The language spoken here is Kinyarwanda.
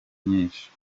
nyinshi